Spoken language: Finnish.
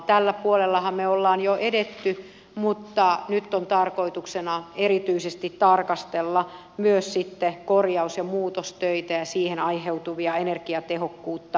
tällä puolellahan me olemme jo edenneet mutta nyt on tarkoituksena erityisesti tarkastella myös sitten korjaus ja muutostöitä ja siihen aiheutuvia energiatehokkuutta parantavia toimia